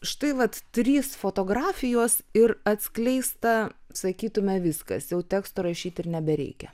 štai vat trys fotografijos ir atskleista sakytume viskas jau teksto rašyt ir nebereikia